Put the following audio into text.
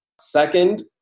Second